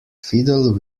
fiddle